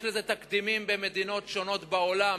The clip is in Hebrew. יש לזה תקדימים במדינות שונות בעולם,